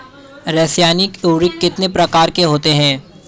रासायनिक उर्वरक कितने प्रकार के होते हैं?